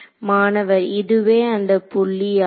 மாணவர் இதுவே அந்த புள்ளி ஆகும்